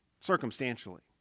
circumstantially